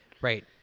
Right